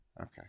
Okay